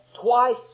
twice